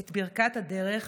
את ברכת הדרך,